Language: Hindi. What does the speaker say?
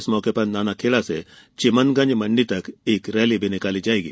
इस मौके पर नानाखेड़ा से चिमनगंज मंडी तक रैली भी निकाली जायेगी